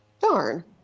Darn